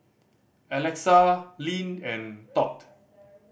Alexa Lynne and Todd